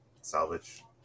salvage